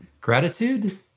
Gratitude